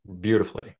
beautifully